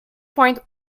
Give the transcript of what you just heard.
point